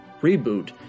reboot